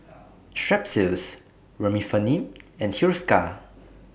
Strepsils Remifemin and Hiruscar